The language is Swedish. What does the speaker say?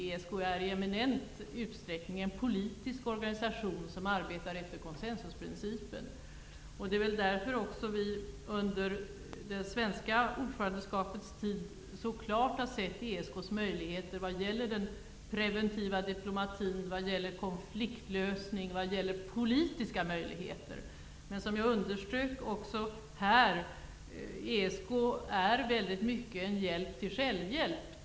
ESK är i eminent utsträckning en politisk organisation som arbetar efter konsensusprincipen. Det är därför vi under det svenska ordförandeskapets tid så klart har sett ESK:s möjligheter vad gäller preventiv diplomati, konfliktlösning och politik. Som jag underströk ger ESK i stor utsträckning hjälp till självhjälp.